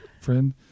friend